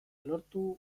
lortu